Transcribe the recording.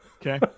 Okay